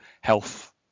health